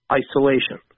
isolation